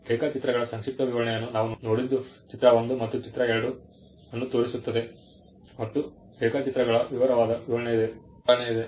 ರೇಖಾಚಿತ್ರಗಳ ಸಂಕ್ಷಿಪ್ತ ವಿವರಣೆಯನ್ನು ನಾವು ನೋಡಿದ್ದು ಚಿತ್ರ 1 ಮತ್ತು ಚಿತ್ರ 2 ಅನ್ನು ತೋರಿಸುತ್ತದೆ ಮತ್ತು ರೇಖಾಚಿತ್ರಗಳ ವಿವರವಾದ ವಿವರಣೆಯಿದೆ